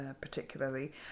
particularly